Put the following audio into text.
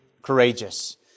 courageous